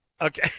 Okay